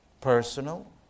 personal